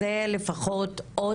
זה לפחות אות